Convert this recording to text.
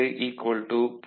7 - 0